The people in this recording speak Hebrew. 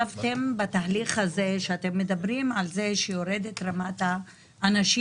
בתהליך הזה שאתם מדברים על כך שיורדת רמת האנשים